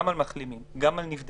גם על מחלימים, גם על נבדקים,